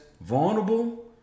vulnerable